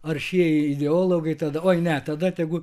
aršieji ideologai tada oi ne tada tegu